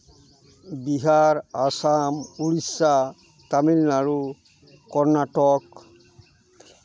Bihar Assam Odisha Tamil Nadu Karnataka